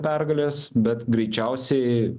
pergalės bet greičiausiai